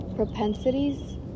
propensities